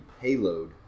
payload